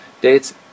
dates